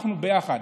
אנחנו ביחד,